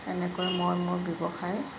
এনেকৈ মই মোৰ ব্যৱসায়